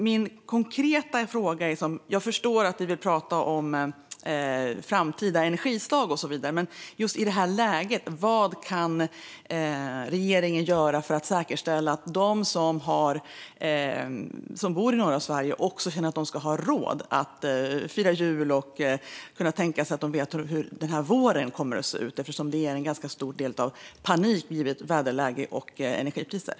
Min konkreta fråga är: Jag förstår att ni vill prata om framtida energislag och så vidare, men vad kan regeringen just i det här läget göra för att säkerställa att de som bor i norra Sverige också ska känna att de har råd att fira jul och ska kunna veta hur våren kommer att se ut, med tanke på att väderläget och energipriserna ger en ganska hög grad av panik?